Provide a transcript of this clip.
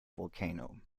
volcano